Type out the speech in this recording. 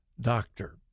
doctor